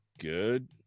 Good